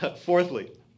Fourthly